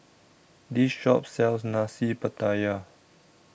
This Shop sells Nasi Pattaya